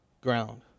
ground